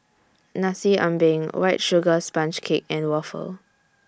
Nasi Ambeng White Sugar Sponge Cake and Waffle